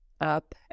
up